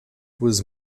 was